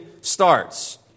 starts